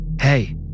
Hey